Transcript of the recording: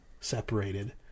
separated